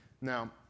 Now